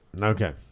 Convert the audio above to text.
Okay